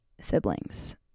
siblings